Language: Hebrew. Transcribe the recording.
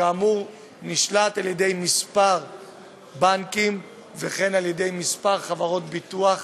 שכאמור נשלט על-ידי כמה בנקים וכן על-ידי כמה חברות ביטוח,